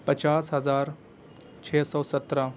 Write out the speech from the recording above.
پچاس ہزار چھ سو سترہ